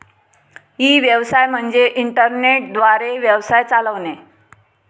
E व्यवसाय म्हणजे internet द्वारे व्यवसाय चालवणे